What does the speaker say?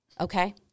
okay